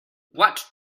what